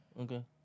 Okay